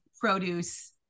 produce